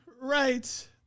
right